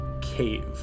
cave